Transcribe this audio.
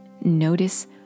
Notice